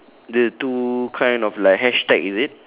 the two kind of like hashtag is it